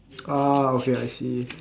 orh okay I see